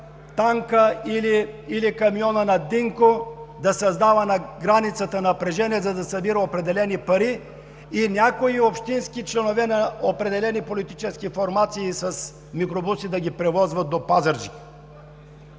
танкът или камионът на Динко да създава на границата напрежение, за да събира определени пари и някои общински членове на определени политически формации с микробуси да ги превозват до Пазарджик.